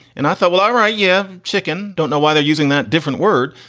and i thought, well, all right. yeah, chicken. don't know why they're using that different word,